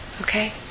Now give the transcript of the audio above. Okay